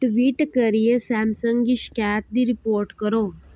tweet करियै Samsung गी शकैत दी रिपोर्ट करो